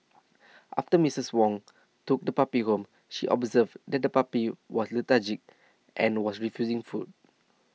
after Missus Wong took the puppy home she observed that the puppy was lethargic and was refusing food